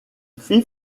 fit